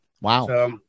Wow